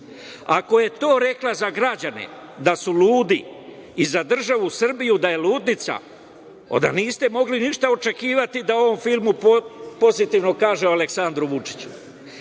Ako je to rekla za građane da su ludi, i za državu Srbiju da je ludnica, onda niste mogli ništa očekivati da u ovom filmu pozitivno kaže o Aleksandru Vučiću. Druga